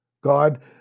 God